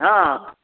ହଁ